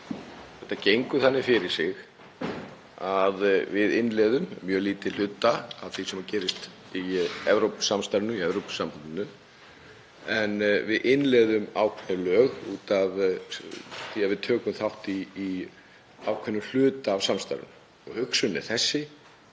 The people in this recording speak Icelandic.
Þetta gengur þannig fyrir sig að við innleiðum mjög lítinn hluta af því sem gerist í Evrópusamstarfinu, Evrópusambandinu, en við innleiðum lög af því að við tökum þátt í ákveðnum hluta af samstarfinu. Hugsunin er þessi: